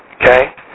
Okay